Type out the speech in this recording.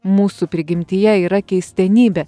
mūsų prigimtyje yra keistenybė